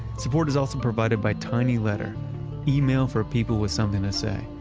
support is also provided by tinyletter, email for people with something to say.